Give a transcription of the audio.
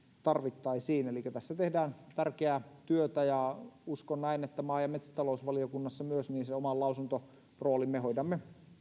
tarvittaisiin vähemmän tässä tehdään tärkeää työtä ja uskon näin että maa ja metsätalousvaliokunnassa myös sen oman lausuntoroolimme hoidamme